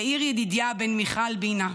יאיר ידידיה בן מיכל בינה,